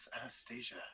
Anastasia